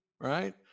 right